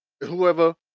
Whoever